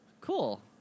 Cool